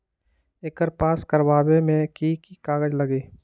एकर पास करवावे मे की की कागज लगी?